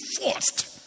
Forced